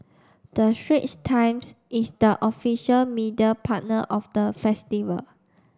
the Straits Times is the official media partner of the festival